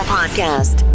Podcast